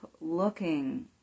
looking